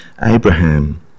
Abraham